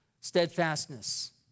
steadfastness